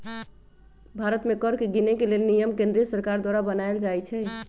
भारत में कर के गिनेके लेल नियम केंद्रीय सरकार द्वारा बनाएल जाइ छइ